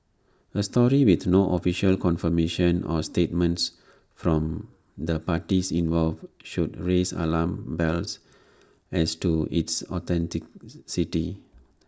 A story with no official confirmation or statements from the parties involved should raise alarm bells as to its authenticity